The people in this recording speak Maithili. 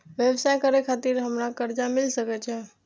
व्यवसाय करे खातिर हमरा कर्जा मिल सके छे?